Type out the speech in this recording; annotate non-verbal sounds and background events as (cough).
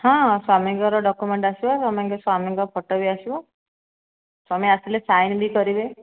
ହଁ ସ୍ୱାମୀଙ୍କର ଡକ୍ୟୁମେଣ୍ଟ୍ ଆସିବ (unintelligible) ସ୍ଵାମୀଙ୍କ ଫୋଟୋ ବି ଆସିବ ସ୍ଵାମୀ ଆସିଲେ ସାଇନ୍ ବି କରିବେ